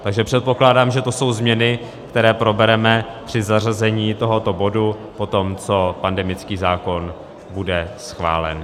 Takže předpokládám, že to jsou změny, které probereme při zařazení tohoto bodu, potom co pandemický zákon bude schválen.